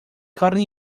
carne